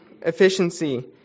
efficiency